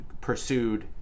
pursued